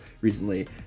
recently